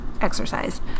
exercise